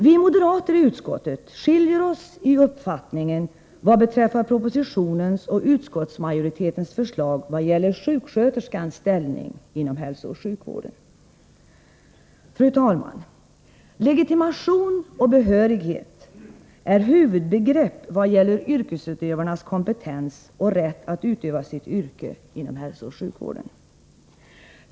Vi moderater i utskottet skiljer oss i uppfattningen från propositionens och utskottsmajoritetens förslag vad gäller sjuksköterskans ställning inom hälsooch sjukvården. Fru talman! Legitimation och behörighet är huvudbegrepp vad gäller yrkesutövarnas kompetens och rätt att utöva sitt yrke inom hälsooch sjukvården.